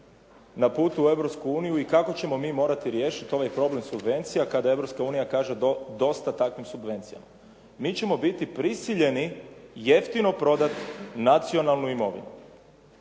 Europsku uniju i kako ćemo mi morati riješiti ovaj problem subvencija kada Europska unija kaže dosta takvim subvencijama? Mi ćemo biti prisiljeni jeftino prodati nacionalnu imovinu.